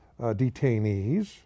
detainees